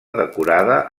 decorada